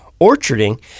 orcharding